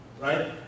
right